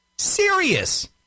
Serious